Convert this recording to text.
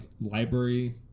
library